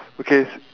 okay